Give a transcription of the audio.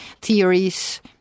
theories